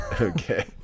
Okay